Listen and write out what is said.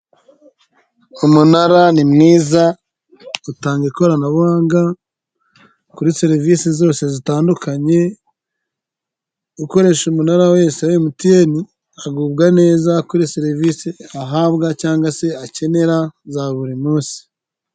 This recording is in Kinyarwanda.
Umunara ni mwiza utanga ikoranabuhanga kuri serivisi zose zitandukanye, ukoresha umunara wese wa emutiyene, agubwa neza kuri serivisi ahabwa cyangwa se akenera za buri munsi.